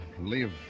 leave